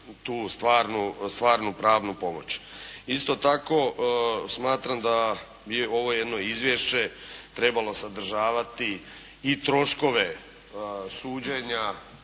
stvarnu pravnu pomoć. Isto tako smatram da bi ovo jedno izvješće trebalo sadržavati i troškove suđenja